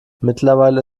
mittlerweile